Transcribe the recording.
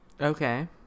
okay